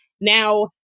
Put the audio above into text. Now